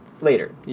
later